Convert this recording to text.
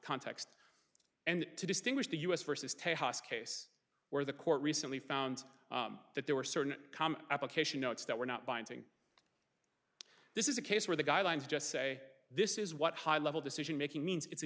context and to distinguish the us versus case where the court recently found that there were certain common application notes that were not binding this is a case where the guidelines just say this is what high level decision making means it's a